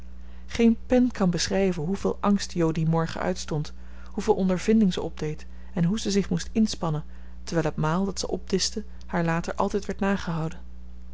geen pen kan beschrijven hoeveel angst jo dien morgen uitstond hoeveel ondervinding ze opdeed en hoe ze zich moest inspannen terwijl het maal dat ze opdischte haar later altijd werd nagehouden